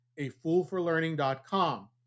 afoolforlearning.com